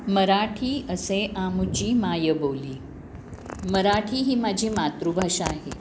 मराठी असे आमुची मायबोली मराठी ही माझी मातृभाषा आहे